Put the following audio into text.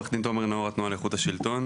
עו"ד תומר נאור, התנועה לאיכות השלטון.